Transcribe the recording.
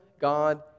God